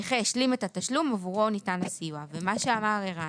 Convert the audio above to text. מה שאמר ערן,